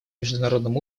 международном